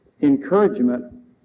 encouragement